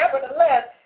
nevertheless